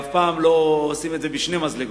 אף פעם לא עושים את זה בשני מזלגות.